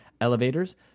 elevators